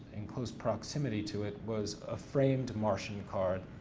in close proximity to it was a framed martian card.